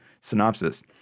synopsis